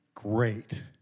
Great